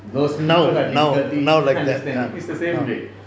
those people have difficulty understanding it's the same way